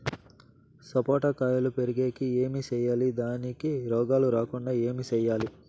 సపోట కాయలు పెరిగేకి ఏమి సేయాలి దానికి రోగాలు రాకుండా ఏమి సేయాలి?